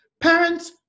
Parents